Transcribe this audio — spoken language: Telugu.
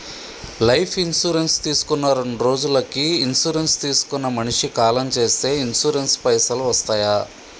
లైఫ్ ఇన్సూరెన్స్ తీసుకున్న రెండ్రోజులకి ఇన్సూరెన్స్ తీసుకున్న మనిషి కాలం చేస్తే ఇన్సూరెన్స్ పైసల్ వస్తయా?